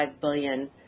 billion